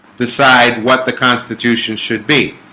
decide what the constitution should be